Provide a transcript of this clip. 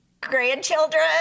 grandchildren